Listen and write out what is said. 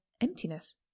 emptiness